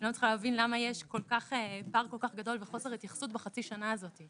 צריך להבין למה יש צער כל כך גדול וחוסר התייחסות בחצי השנה הזאת.